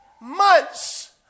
months